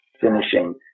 finishing